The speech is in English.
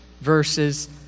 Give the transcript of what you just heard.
verses